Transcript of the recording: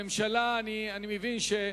הממשלה, מי משיב?